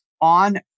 on